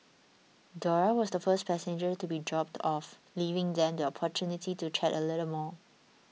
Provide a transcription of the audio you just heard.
Dora was the last passenger to be dropped off leaving them the opportunity to chat a little bit more